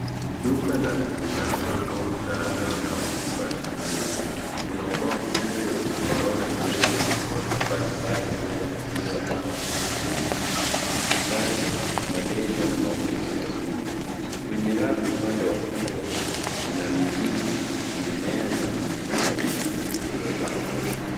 Duka la miti shamba au mtaalam wa tiba asilia, kuna ubao mkubwa wenye orodha ndefu ya magonjwa mbali mbali yanayotibiwa kama vile puma, kisukari, malaria, na maumivu ya tumbo. Kwenye rafu upande wa kushoto kuna mizizi, mimea, na miti shamba mingine iliyopangwa.